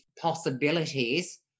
possibilities